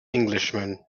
englishman